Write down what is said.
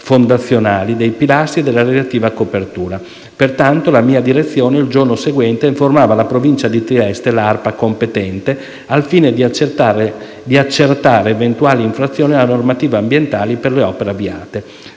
fondazionarie, dei pilastri e della relativa copertura. Pertanto la mia direzione, il giorno seguente, informava la Provincia di Trieste e l'ARPA competente al fine di accertare eventuali infrazioni alla normativa ambientale per le opere avviate.